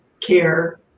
care